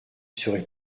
serais